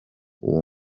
uwo